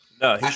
No